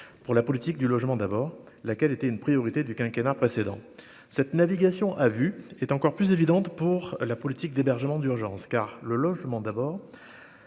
pour la politique du logement d'abord, laquelle était une priorité du quinquennat précédent cette navigation à vue est encore plus évidente pour la politique d'hébergement d'urgence car le logement d'abord